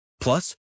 Plus